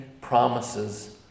promises